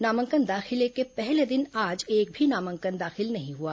नामांकन दाखिले के पहले दिन आज एक भी नामांकन दाखिल नहीं हुआ